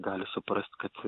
gali suprast kad